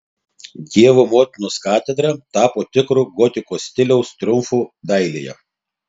dievo motinos katedra tapo tikru gotikos stiliaus triumfu dailėje